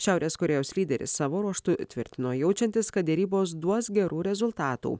šiaurės korėjos lyderis savo ruožtu tvirtino jaučiantis kad derybos duos gerų rezultatų